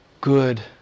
good